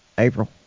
April